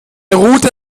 route